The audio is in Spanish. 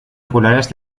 regulares